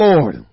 Lord